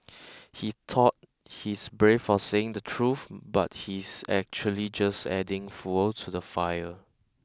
he thought he's brave for saying the truth but he's actually just adding fuel to the fire